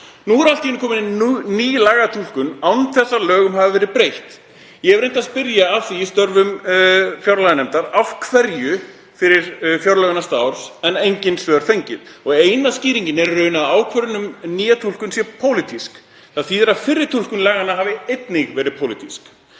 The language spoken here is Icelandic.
Nú er allt í einu komin ný lagatúlkun án þess að lögum hafi verið breytt. Ég hef reynt að spyrja af hverju það er í störfum fjárlaganefndar fyrir fjárlög næsta árs en engin svör fengið. Eina skýringin er í raun að ákvörðun um nýja túlkun sé pólitísk. Það þýðir að fyrri túlkun laganna hafi einnig verið pólitísk.